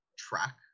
track